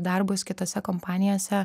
darbus kitose kompanijose